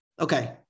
Okay